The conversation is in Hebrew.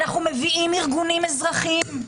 אנחנו מביאים ארגונים אזרחיים,